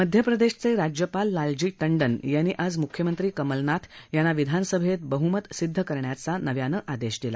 मध्य प्रदक्षिरीज्यपाल लालजी टंडन यांनी आज मुख्यमंत्री कमलनाथ यांना विधानसभरीबहुमत सिद्ध करण्याचा नव्यानं आदक्षिदिला